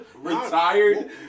Retired